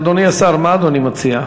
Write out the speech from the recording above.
אדוני השר, מה אדוני מציע?